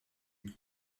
une